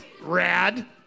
rad